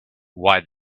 why